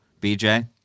BJ